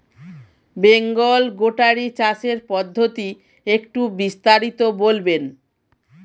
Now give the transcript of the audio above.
Bengal goatery চাষের পদ্ধতি একটু বিস্তারিত বলবেন?